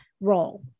role